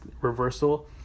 reversal